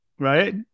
Right